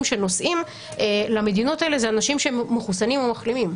שנוסעים למדינות האלה הם אנשים שהם מחוסנים או מחלימים,